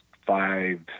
five